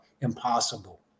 Impossible